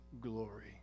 glory